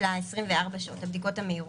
של ה-24 שעות, הבדיקות המהירות.